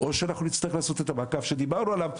או שנצטרך לעשות את המעקב שדיברנו עליו,